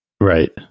Right